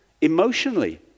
Emotionally